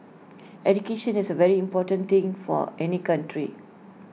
education is A very important thing for any country